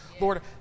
Lord